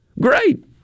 Great